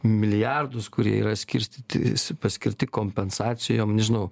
milijardus kurie yra skirstyti paskirti kompensacijom nežinau